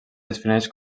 defineix